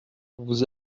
vous